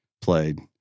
played